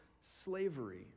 slavery